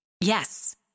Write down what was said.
Yes